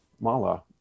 mala